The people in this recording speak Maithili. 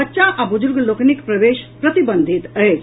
बच्चा आ बुजुर्ग लोकनिक प्रवेश प्रतिबंधित अछि